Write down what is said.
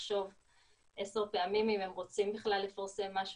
לחשוב עשר פעמים אם הם רוצים בכלל לפרסם משהו,